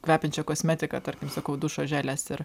kvepiančią kosmetiką tarkim sakau dušo želes ir